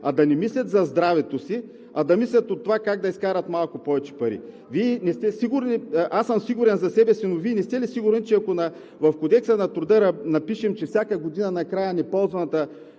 – да не мислят за здравето си, а да мислят за това как да изкарат малко повече пари. Аз съм сигурен за себе си, но Вие не сте ли сигурни, че ако в Кодекса на труда напишем, че всяка година накрая неползваната